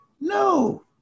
No